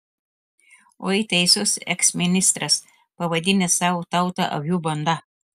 oi teisus eksministras pavadinęs savo tautą avių banda